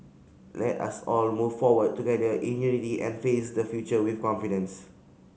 let us all move forward together in unity and face the future with confidence